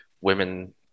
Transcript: women